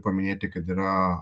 paminėti kad yra